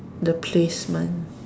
the placement